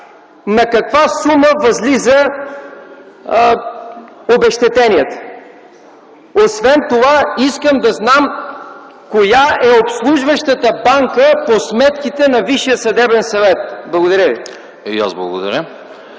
На каква сума възлиза обезщетението? Освен това, искам да знам, коя е обслужващата банка по сметките на Висшия съдебен съвет? Благодаря ви. ПРЕДСЕДАТЕЛ